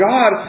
God